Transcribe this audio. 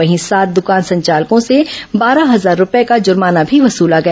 वहीं सात दकान संचालकों से बारह हजार रूपये का जर्माना भी वसला गया